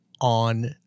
on